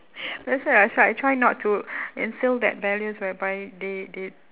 that's why as well I try not to instil that values whereby they they